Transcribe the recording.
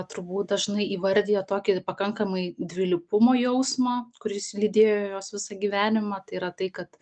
turbūt dažnai įvardija tokį pakankamai dvilypumo jausmą kuris lydėjo juos visą gyvenimą tai yra tai kad